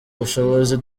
bushobozi